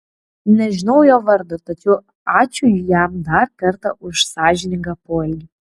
nežinau jo vardo tačiau ačiū jam dar kartą už sąžiningą poelgį